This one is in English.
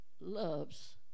loves